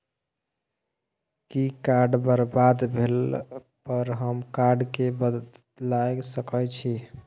कि कार्ड बरबाद भेला पर हम कार्ड केँ बदलाए सकै छी?